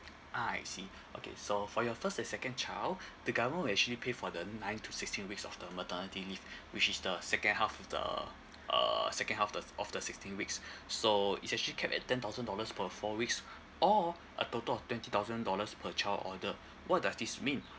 ah I see okay so for your first and second child the government will actually pay for the nine to sixteen weeks of the maternity leave which is the second half of the uh second half the of the sixteen weeks so it's actually kept at ten thousand dollars per four weeks or a total of twenty thousand dollars per child order what does this mean